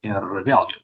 ir vėlgi